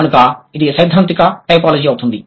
కనుక ఇది సైద్ధాంతిక టైపోలాజీ అవుతుంది